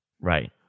right